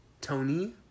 Tony